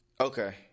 Okay